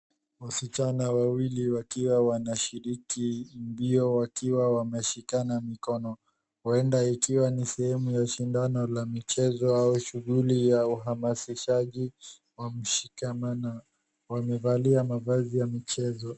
Wasichana wawili wakiwa wanashiriki mbio wakiwa wameshikana mikono. Huenda ikiwa ni sehemu ya shidano la michezo au shughuli ya uhamasishaji wa mshikamana. Wamevalia mavazi ya michezo.